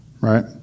right